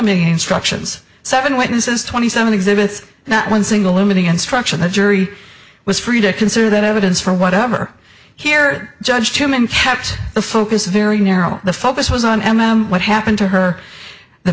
instructions seven witnesses twenty seven exhibits not one single limiting instruction the jury was free to consider that evidence for whatever here judged him and kept the focus very narrow the focus was on and what happened to her the